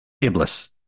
Iblis